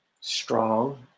strong